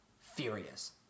furious